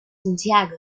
santiago